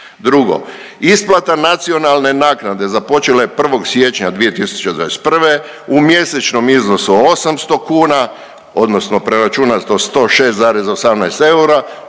Drugo, isplate nacionalne naknade započela je 1. siječnja 2021. u mjesečnom iznosu 800 kuna, odnosno preračunato 106,18 eura.